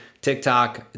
TikTok